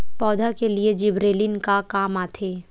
पौधा के लिए जिबरेलीन का काम आथे?